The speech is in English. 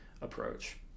approach